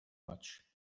much